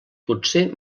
potser